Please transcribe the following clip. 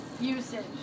usage